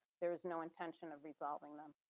there is no intention of resolving them,